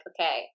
okay